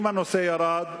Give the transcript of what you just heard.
אם הנושא ירד,